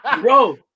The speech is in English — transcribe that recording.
bro